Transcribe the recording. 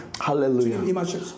Hallelujah